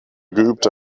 geübte